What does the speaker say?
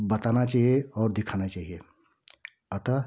बताना चहिए और दिखाना चाहिए अतः